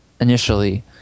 initially